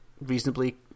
reasonably